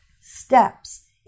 steps